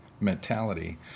mentality